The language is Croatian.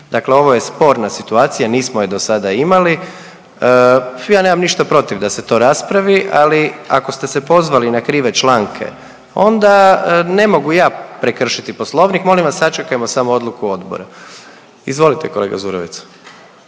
Dakle ovo je sporna situacija, nismo je do sada imali. Ja nemam ništa protiv da se to raspravi, ali ako ste se pozvali na krive članke, onda ne mogu ja prekršiti Poslovnik, molim vas, sačekajmo samo odluku odbora. Izvolite, kolega Zurovec.